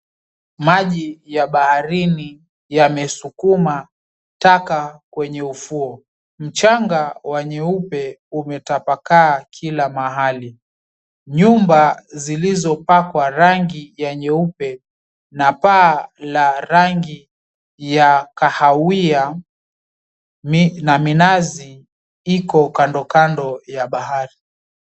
Maji ya baharini yamesukuma taka kwenye ufuo. Mchanga wa nyeupe umetapakaa kila mahali. Nyumba zilizopakwa rangi ya nyeupe na paa la rangi ya kahawia, na minazi, iko kandokando ya bahari.